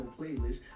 playlist